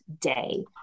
day